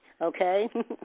okay